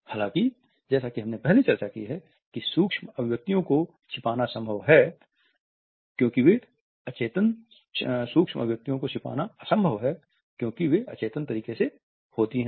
हालांकि जैसा कि हमने पहले चर्चा की है कि सूक्ष्म अभिव्यक्तियों को छिपाना असंभव है क्योंकि वे अचेतन तरीके से होते हैं